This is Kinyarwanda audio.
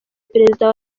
perezida